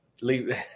leave